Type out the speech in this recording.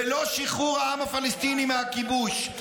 ללא שחרור העם הפלסטיני מהכיבוש,